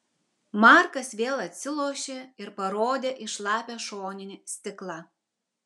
markas vėl atsilošė ir parodė į šlapią šoninį stiklą